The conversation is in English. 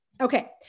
Okay